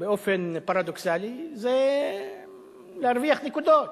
באופן פרדוקסלי זה להרוויח נקודות.